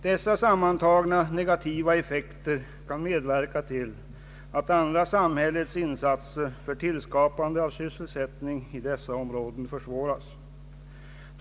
Dessa sammantagna negativa effekter kan medverka till att andra samhällets insatser för tillskapande av sysselsättning i dessa områden motverkas.